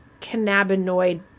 cannabinoid